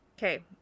Okay